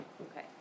Okay